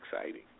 exciting